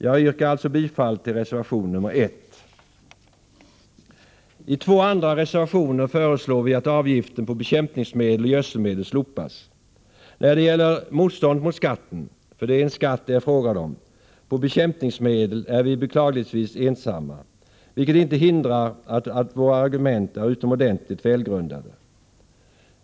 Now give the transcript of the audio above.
Jag yrkar alltså bifall till reservation nr 1. I två andra reservationer föreslår vi att avgiften på bekämpningsmedel och gödselmedel slopas. När det gäller motståndet mot skatten på bekämpningsmedel — för det är en skatt det är fråga om — är vi beklagligtvis ensamma, vilket inte hindrar att våra argument är utomordentligt välgrundade.